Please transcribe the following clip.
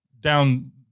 down